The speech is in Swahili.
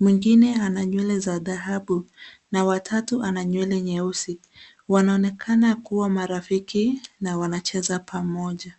mwingine ana nywele za dhahabu na wa tatu ana nywele nyeusi. Wanaonekana kuwa marafiki na wanacheza pamoja.